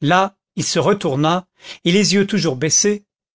là il se retourna et les yeux toujours baissés